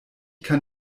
kann